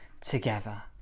together